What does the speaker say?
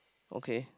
okay